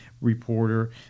reporter